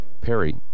Perry